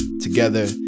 together